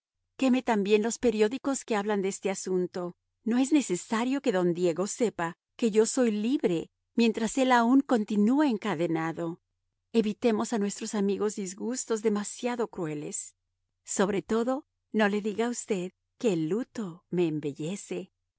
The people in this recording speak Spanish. queme también los periódicos que hablan de este asunto no es necesario que don diego sepa que yo soy libre mientras él aún continúa encadenado evitemos a nuestros amigos disgustos demasiado crueles sobre todo no le diga usted que el luto me embellece